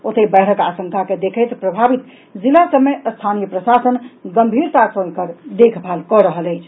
ओतहि बाढ़िक आशंका के देखैत प्रभावित जिला सभ मे स्थानीय प्रशासन गंभीरता सँ एकर देखभाल कऽ रहल अछि